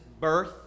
birth